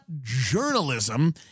journalism